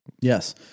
Yes